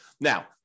Now